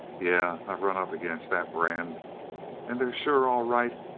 yeah i've run up against that brand and they're sure all right.